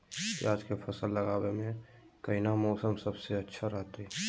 प्याज के फसल लगावे में कौन मौसम सबसे अच्छा रहतय?